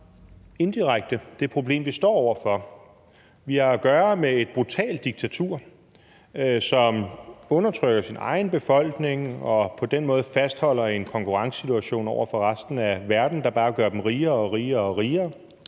indirekte det problem, vi står over for. Vi har at gøre med et brutalt diktatur, som undertrykker sin egen befolkning og på den måde fastholder en konkurrencesituation over for resten af verden, der bare gør dem rigere og rigere. De